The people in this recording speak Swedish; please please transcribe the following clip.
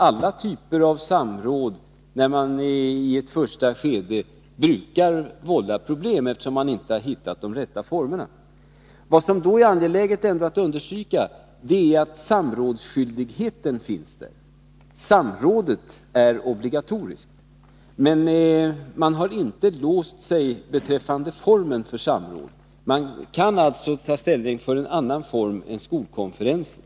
Alla typer av samråd brukar i ett första skede vålla problem, eftersom man inte har hittat de rätta formerna. Vad som ändå är angeläget att understryka är att det finns en samrådsskyldighet. Samrådet är obligatoriskt, men man har inte låst sig beträffande formen för det. Man kan alltså ta ställning för en annan form än skolkonferensen.